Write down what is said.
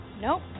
Nope